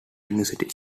university